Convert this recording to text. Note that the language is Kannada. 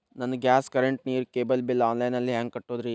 ನನ್ನ ಗ್ಯಾಸ್, ಕರೆಂಟ್, ನೇರು, ಕೇಬಲ್ ಬಿಲ್ ಆನ್ಲೈನ್ ನಲ್ಲಿ ಹೆಂಗ್ ಕಟ್ಟೋದ್ರಿ?